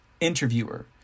Interviewer